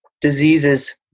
diseases